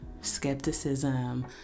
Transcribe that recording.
skepticism